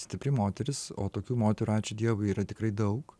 stipri moteris o tokių moterų ačiū dievui yra tikrai daug